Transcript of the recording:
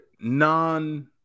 non